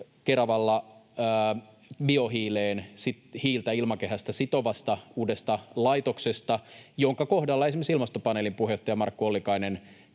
Keravalla biohiileen hiiltä ilmakehästä sitovasta uudesta laitoksesta, jonka kohdalla esimerkiksi Ilmastopaneelin puheenjohtaja Markku Ollikainen